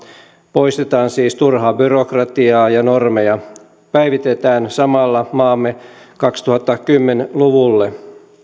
poistetaan siis turhaa byrokratiaa ja normeja päivitetään samalla maamme kaksituhattakymmenen luvulle